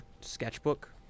sketchbook